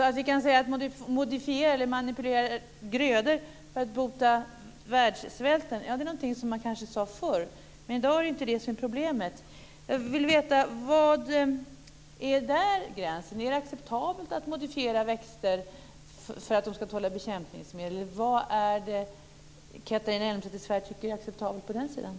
Att modifiera eller manipulera grödor för att bota världssvälten är något man kanske pratade om förr. Men i dag är det inte det som är problemet. Jag vill veta var gränsen går. Är det acceptabelt att modifiera växter för att de ska tåla bekämpningsmedel? Vad är det Catharina Elmsäter-Svärd tycker är acceptabelt på det området?